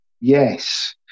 yes